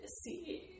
see